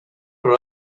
for